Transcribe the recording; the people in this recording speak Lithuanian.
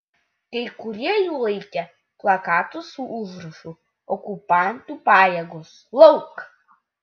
kai kurie jų laikė plakatus su užrašu okupantų pajėgos lauk